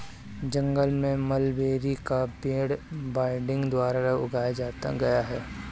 जंगल में मलबेरी का पेड़ बडिंग द्वारा उगाया गया है